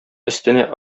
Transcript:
өстенә